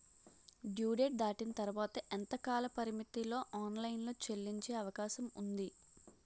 Due date దాటిన తర్వాత ఎంత కాలపరిమితిలో ఆన్ లైన్ లో చెల్లించే అవకాశం వుంది?